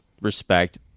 respect